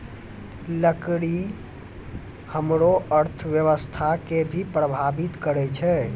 लकड़ी हमरो अर्थव्यवस्था कें भी प्रभावित करै छै